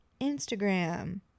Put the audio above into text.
instagram